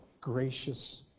gracious